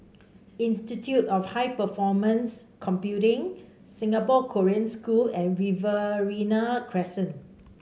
institute of High Performance Computing Singapore Korean School and Riverina Crescent